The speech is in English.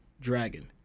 Dragon